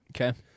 Okay